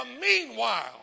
meanwhile